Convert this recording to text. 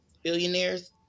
Billionaires